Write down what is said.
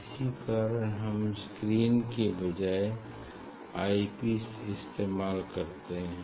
इसी कारण हम स्क्रीन की बजाय आई पीस इस्तेमाल करते हैं